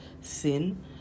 sin